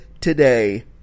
today